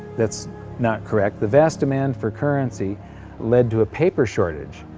that's not correct! the vast demand for currency led to a paper shortage.